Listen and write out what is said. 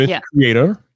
creator